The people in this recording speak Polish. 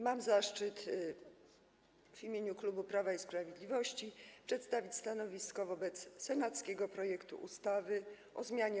Mam zaszczyt w imieniu klubu Prawo i Sprawiedliwość przedstawić stanowisko wobec senackiego projektu ustawy o zmianie